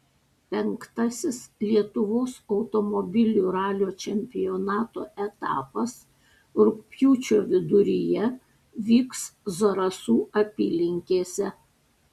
penktasis lietuvos automobilių ralio čempionato etapas rugpjūčio viduryje vyks zarasų apylinkėse